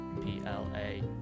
P-L-A